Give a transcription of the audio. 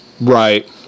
Right